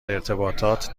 ارتباطات